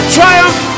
triumph